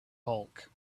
bulk